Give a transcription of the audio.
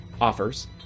offers